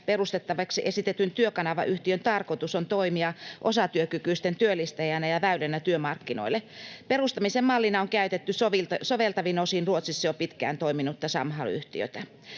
perustettavaksi esitetyn Työkanava-yhtiön tarkoitus on toimia osatyökykyisten työllistäjänä ja väylänä työmarkkinoille. Perustamisen mallina on käytetty soveltuvin osin Ruotsissa jo pitkään toiminutta Samhall-yhtiötä.